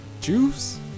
juice